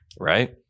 right